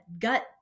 gut